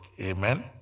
Amen